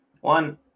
one